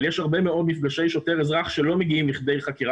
אבל יש הרבה מאוד מפגשי שוטר-אזרח שלא מגיעים לכדי חקירה